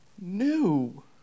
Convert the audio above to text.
new